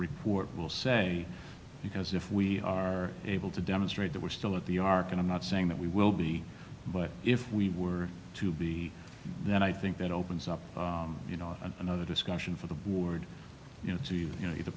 report will say because if we are able to demonstrate that we're still at the ark and i'm not saying that we will be but if we were to be then i think that opens up you know another discussion for the board you know so you know the